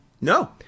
No